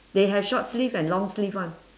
they have short sleeve and long sleeve one